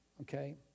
Okay